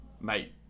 mate